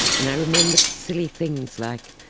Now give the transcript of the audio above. and i remembered silly things like,